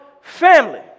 family